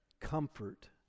comfort